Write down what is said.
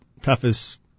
toughest